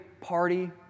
party